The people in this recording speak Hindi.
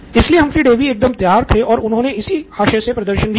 इसलिए हम्फ्री डेवी एकदम तैयार थे और उन्होने इसी आशय से प्रदर्शन भी किया